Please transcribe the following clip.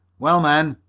well, men,